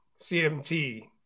cmt